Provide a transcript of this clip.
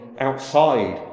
outside